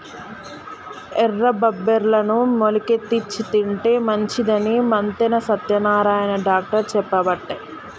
ఎర్ర బబ్బెర్లను మొలికెత్తిచ్చి తింటే మంచిదని మంతెన సత్యనారాయణ డాక్టర్ చెప్పబట్టే